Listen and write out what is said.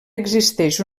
existeix